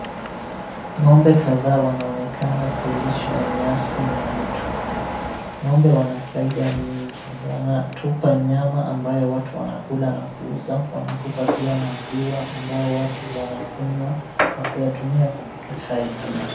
Ngombe kadhaa wanaonekana kulishwa nyasi na mtu. Ngombe wana faida mingi wanatupa nyama ambayo watu wanakula na kuuza wanatupa pia maziwa mbayo watu wakunywa na kuyatumia kupika chai pia